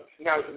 Now